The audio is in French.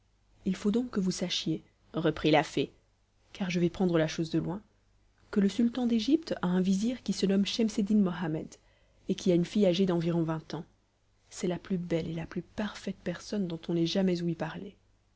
il faut donc que vous sachiez reprit la fée car je vais prendre la chose de loin que le sultan d'égypte a un vizir qui se nomme schemseddin mohammed et qui a une fille âgé d'environ vingt ans c'est la plus belle et la plus parfaite personne dont on ait jamais ouï parler